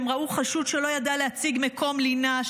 הם ראו חשוד שלא ידע להציג מקום לינה,